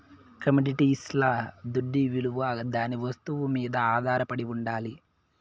కమొడిటీస్ల దుడ్డవిలువ దాని వస్తువు మీద ఆధారపడి ఉండాలి